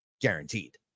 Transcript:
guaranteed